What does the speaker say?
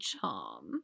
charm